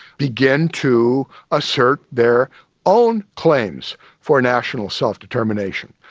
began to assert their own claims for national self-determination.